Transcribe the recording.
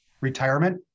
retirement